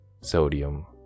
sodium